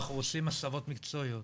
אנחנו עושים הסבות מקצועיות,